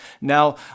now